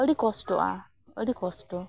ᱟᱹᱰᱤ ᱠᱚᱥᱴᱚᱜᱼᱟ ᱟᱹᱰᱤ ᱠᱚᱥᱴᱚ